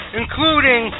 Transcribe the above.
including